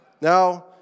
Now